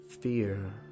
Fear